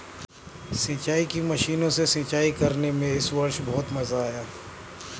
सिंचाई की मशीनों से सिंचाई करने में इस वर्ष बहुत मजा आया